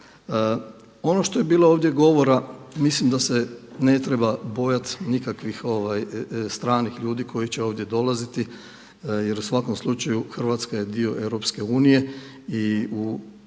Ono što je bilo ovdje govora mislim da se ne treba bojati nikakvih stranih ljudi koji će ovdje dolaziti jer u svakom slučaju Hrvatska je dio EU i u toj